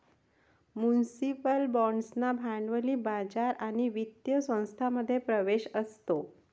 municipal बाँड्सना भांडवली बाजार आणि वित्तीय संस्थांमध्ये प्रवेश असतो